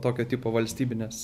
tokio tipo valstybines